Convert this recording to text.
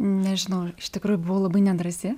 nežinau iš tikrųjų buvau labai nedrąsi